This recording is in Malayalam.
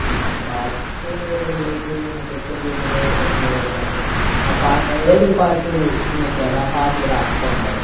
പിന്നെ പാട്ട് എന്ന് പറയുമ്പോഴേക്ക് നമുക്ക് ഏറ്റവും കൂടുതൽ വരുന്നുള്ളത് എന്താണ് ആ പാ ഏതൊരു പാട്ട് എടുത്തു നോക്കിയാലും ആ പാട്ടിൽ ഒരർത്ഥമുണ്ടാവും